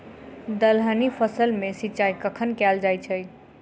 दलहनी फसल मे सिंचाई कखन कैल जाय छै?